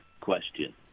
question